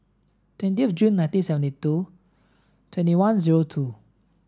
twenty of Jun nineteen seventy two twenty one zero two